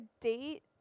date